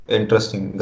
Interesting